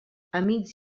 amics